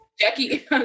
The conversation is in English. Jackie